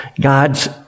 God's